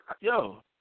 yo